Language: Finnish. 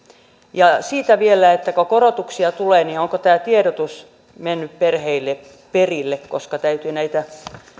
ja vielä sitä että kun korotuksia tulee niin onko tämä tiedotus mennyt perheille perille koska täytyy näitä